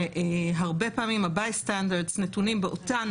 שהרבה פעמים ה-Bystanders נתונים באותן